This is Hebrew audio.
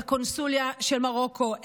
את הקונסוליה של מרוקו,